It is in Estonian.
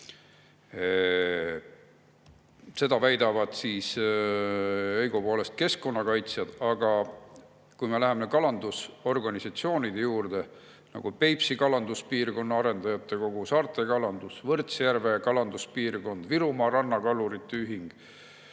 Seda väidavad õigupoolest keskkonnakaitsjad. Aga kui me läheme kalandusorganisatsioonide juurde, nagu Peipsi Kalanduspiirkonna Arendajate Kogu, Saarte Kalandus, Võrtsjärve Kalanduspiirkond, Virumaa Rannakalurite Ühing,